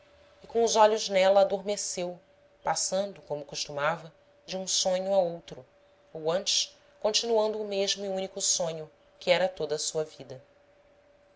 com os olhos nela adormeceu passando como costumava de um sonho a outro ou antes continuando o mesmo e único sonho que era toda sua vida